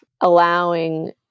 allowing